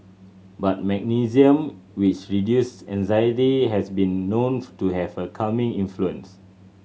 but magnesium which reduce anxiety has been known to have a calming influence